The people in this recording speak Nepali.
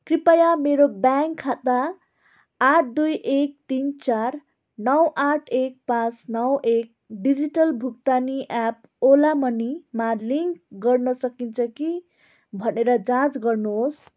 कृपया मेरो ब्याङ्क खाता आठ दुई एक तिन चार नौ आठ एक पाँच नौ एक डिजिटल भुक्तानी एप्प ओला मनीमा लिङ्क गर्न सकिन्छ कि भनेर जाँच गर्नुहोस्